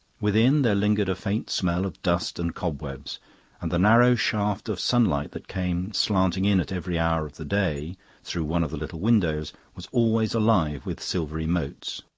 within, there lingered a faint smell of dust and cobwebs and the narrow shaft of sunlight that came slanting in at every hour of the day through one of the little windows was always alive with silvery motes.